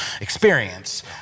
experience